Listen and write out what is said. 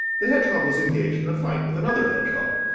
the hedgehog was engaged in a fight with another hedgehog,